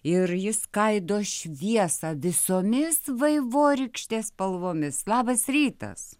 ir jis skaido šviesą visomis vaivorykštės spalvomis labas rytas